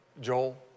Joel